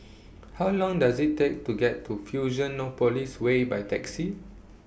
How Long Does IT Take to get to Fusionopolis Way By Taxi